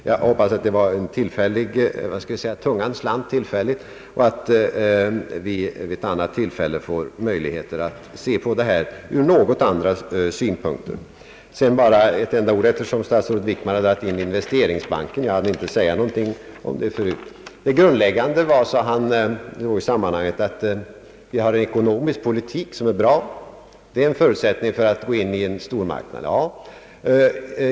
Jag hoppas att detta var en felsägning och att vi vid ett annat tillfälle får möjlighet att diskutera frågan ur andra synpunkter. Herr statsrådet Wickman tog upp investeringsbanken. Jag hann inte säga någonting om den förut. Det grundläggande var, sade han, att vi har en ekonomisk politik som är bra och att detta är en förutsättning för att gå in i en stormarknad.